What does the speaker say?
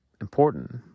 important